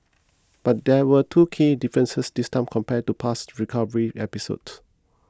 but there were two key differences this time compared to past recovery episode